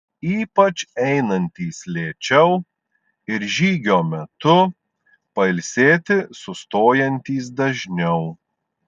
ypač einantys lėčiau ir žygio metu pailsėti sustojantys dažniau